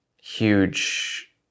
huge